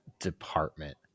department